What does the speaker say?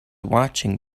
watching